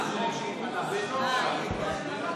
חבר הכנסת קרעי, הבנתי אותך, תודה.